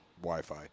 Wi-Fi